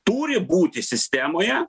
turi būti sistemoje